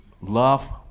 love